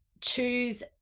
choose